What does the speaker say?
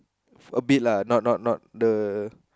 a bit lah not not not the